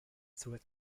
through